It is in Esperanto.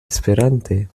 esperante